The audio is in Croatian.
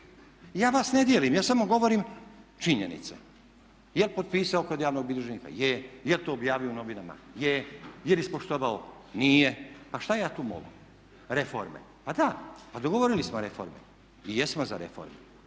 Ja vas ne dijelim, ja samo govorim činjenice. Je li potpisao kod javnog bilježnika? Je. Je li to objavio u novinama? Je. Jel' ispoštovao? Nije. Pa šta je tu mogu? Reforme. Pa da, pa dogovorili smo reforme i jesmo za reforme